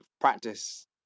practice